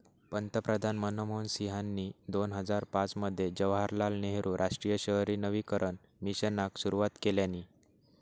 पंतप्रधान मनमोहन सिंहानी दोन हजार पाच मध्ये जवाहरलाल नेहरु राष्ट्रीय शहरी नवीकरण मिशनाक सुरवात केल्यानी